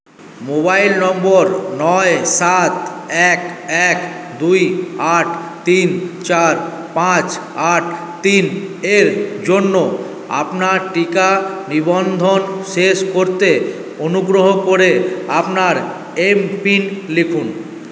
mobile number নয় সাত এক এক দুই আট তিন চার পাঁচ আট তিন এর জন্য আপনার টিকা নিবন্ধন শেষ করতে অনুগ্রহ করে আপনার এম পিন লিখুন